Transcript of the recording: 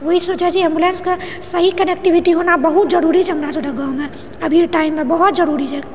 ओहि सोचै छियै एम्बुलेन्सके सही कनेक्टीविटी होना बहुत जरूरी छै हमरा सभ ओहिठाँ गाँवमे अभी टाइममे बहुत जरूरी छै